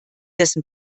dessen